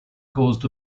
caused